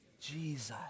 Jesus